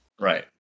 right